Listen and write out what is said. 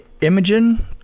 imogen